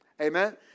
Amen